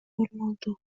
формалдуу